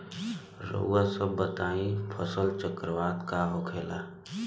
रउआ सभ बताई फसल चक्रवात का होखेला?